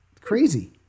Crazy